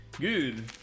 Good